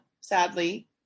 sadly